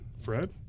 Fred